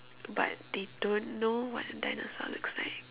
but they don't know what a dinosaur looks like